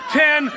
ten